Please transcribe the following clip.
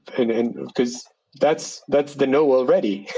and and because that's that's the no. already